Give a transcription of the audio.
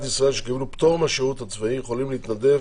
ישראל שקיבלו פטור מהשירות הצבאי יכולים להתנדב